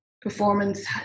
performance